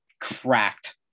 cracked